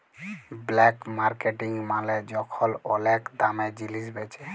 black marketing মালে যখল ওলেক দামে জিলিস বেঁচে